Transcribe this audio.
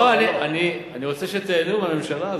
לא, אני רוצה שתיהנו מהממשלה הזאת.